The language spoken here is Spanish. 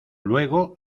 luego